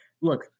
Look